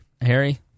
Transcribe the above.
Harry